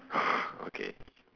okay